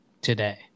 today